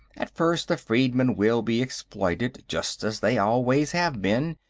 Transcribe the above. at first, the freedmen will be exploited just as they always have been,